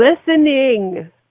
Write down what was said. Listening